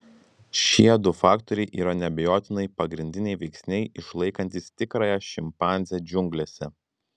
šie du faktoriai yra neabejotinai pagrindiniai veiksniai išlaikantys tikrąją šimpanzę džiunglėse